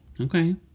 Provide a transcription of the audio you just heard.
okay